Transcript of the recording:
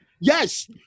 Yes